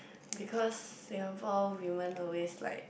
because Singapore women always like